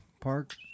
park